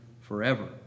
forever